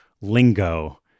lingo